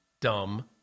dumb